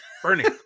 burning